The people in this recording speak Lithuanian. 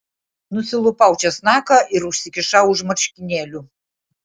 nusilupau česnaką ir užsikišau už marškinėlių